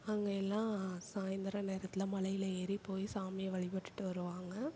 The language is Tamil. அங்கே எல்லாம் சாய்ந்திர நேரத்தில் மலையில் ஏறி போய் சாமியை வழிபட்டுட்டு வருவாங்க